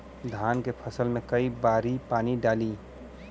धान के फसल मे कई बारी पानी डाली?